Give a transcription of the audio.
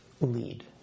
lead